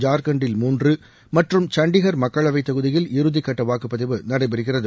ஜார்க்கண்டில் மூன்று மற்றும் சண்டிகர் மக்களவைத் தொகுதியில் இறுதிக்கட்ட வாக்குப்பதிவு நடைபெறுகிறது